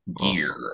Gear